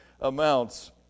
amounts